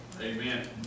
Amen